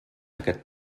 aquest